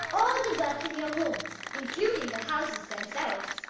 all the wealth in your homes, including the houses themselves,